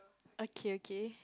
okay okay